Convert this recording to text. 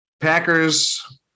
Packers